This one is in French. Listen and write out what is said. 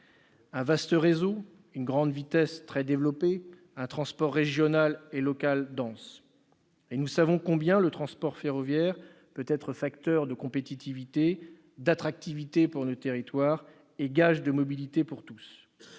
un vaste réseau, une grande vitesse très développée, un transport régional et local dense. Et nous savons combien le transport ferroviaire peut être facteur de compétitivité, d'attractivité pour nos territoires et gage de mobilité pour tous